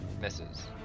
misses